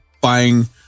buying